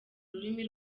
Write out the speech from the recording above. rurimi